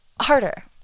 harder